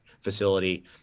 facility